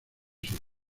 hijos